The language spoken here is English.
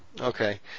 Okay